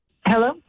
Hello